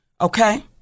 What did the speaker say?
Okay